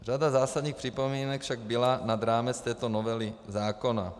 Řada zásadních připomínek však byla nad rámec této novely zákona.